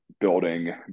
building